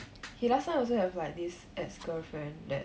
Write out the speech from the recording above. he last time also have like this ex girlfriend that